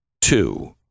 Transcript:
two